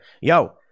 Yo